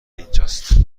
اینجاست